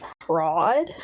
fraud